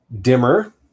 dimmer